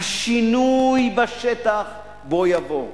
השינוי בשטח בוא יבוא.